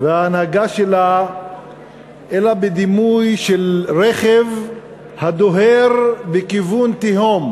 וההנהגה שלה אלא בדימוי של רכב הדוהר בכיוון תהום.